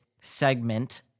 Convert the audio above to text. segment